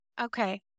Okay